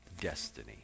destiny